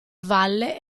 valle